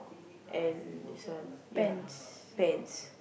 and this one ya pants